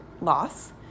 loss